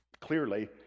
clearly